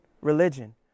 religion